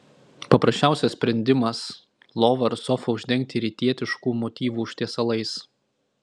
paprasčiausias sprendimas lovą ar sofą uždengti rytietiškų motyvų užtiesalais